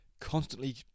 constantly